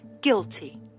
Guilty